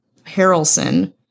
Harrelson